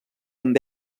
amb